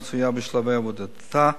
המצויה בשלבי עבודתה.